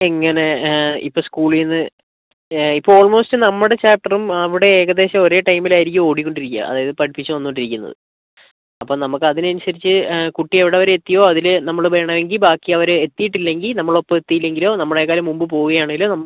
എങ്ങനെ ഇപ്പം സ്കൂളീന്ന് ഇപ്പോൾ ഓൾമോസ്റ്റ് നമ്മുടെ ചാപ്റ്ററും അവിടേം ഏകദേശം ഒരേ ടൈമിലായിരിക്കും ഓടിക്കൊണ്ടിരിക്കുക അതായത് പഠിപ്പിച്ചു വന്നോണ്ടിരിക്കുന്നത് അപ്പം നമുക്ക് അതിനനുസരിച്ചു കുട്ടി എവിടെവരെ എത്തിയോ അതിൽ നമ്മൾ വേണമെങ്കിൽ ബാക്കി അവർ എത്തിയിട്ടില്ലെങ്കിൽ നമ്മളൊപ്പം എത്തിയില്ലെങ്കിലോ നമ്മളേക്കാളിൽ മുൻപ് പോവുകയാണെങ്കിലോ നമുക്ക്